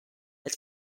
its